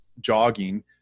jogging